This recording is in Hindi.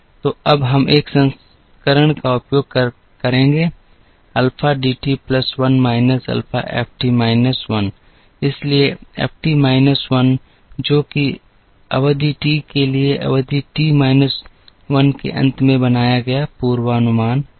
तो अब हम एक संस्करण का उपयोग करेंगे alpha D T plus 1 minus alpha F T minus 1 इसलिए एफ टी माइनस 1 जो कि अवधि टी के लिए अवधि टी माइनस 1 के अंत में बनाया गया पूर्वानुमान है